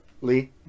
lee